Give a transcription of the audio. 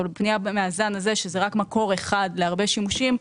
אבל בפנייה במאזן הזה שזה רק מקור אחד להרבה שימושים,